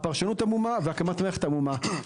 הפרשנות עמומה, והקמת המערכת היא עמומה.